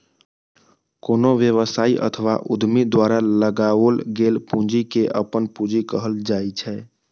कोनो व्यवसायी अथवा उद्यमी द्वारा लगाओल गेल पूंजी कें अपन पूंजी कहल जाइ छै